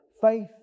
Faith